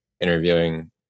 interviewing